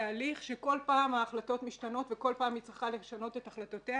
תהליך שכל פעם ההחלטות משתנות וכל פעם היא צריכה לשנות את החלטותיה.